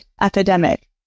Epidemic